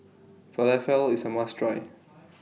Falafel IS A must Try